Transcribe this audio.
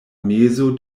mezo